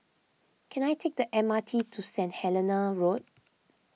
can I take the M R T to Saint Helena Road